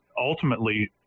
ultimately